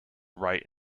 right